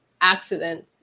accident